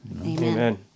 Amen